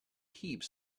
heaps